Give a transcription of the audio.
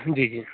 जी जी